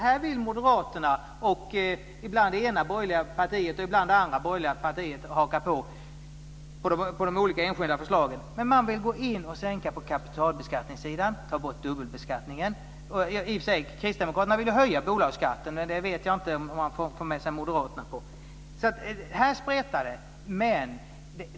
Här vill Moderaterna, och ibland hakar det ena och ibland det andra borgerliga partiet på de olika enskilda förslagen, gå in och sänka på kapitalbeskattningssidan och ta bort dubbelbeskattningen. Kristdemokraterna vill i och för sig höja bolagsskatten, men det vet jag inte om de får med sig Moderaterna på. Här spretar det alltså.